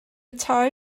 tai